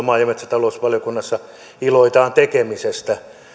maa ja metsätalousvaliokunnassa iloitaan tekemisestä